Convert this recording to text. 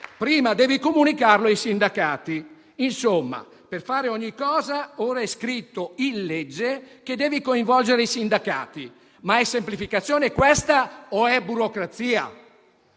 prima si deve comunicarlo ai sindacati. Insomma, per fare ogni cosa, ora è scritto in legge che si devono coinvolgere i sindacati. È semplificazione o burocrazia?